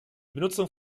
benutzung